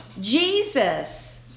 Jesus